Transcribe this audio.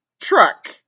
truck